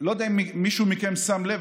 אני לא יודע אם מישהו מכם שם לב,